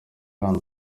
hano